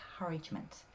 encouragement